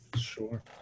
Sure